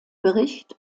bericht